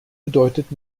bedeutet